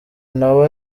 nawe